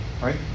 Right